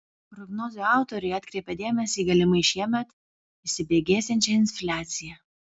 prognozių autoriai atkreipia dėmesį į galimai šiemet įsibėgėsiančią infliaciją